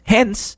Hence